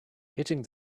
hitting